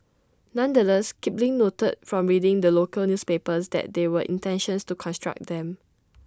nonetheless Kipling noted from reading the local newspapers that there were intentions to construct them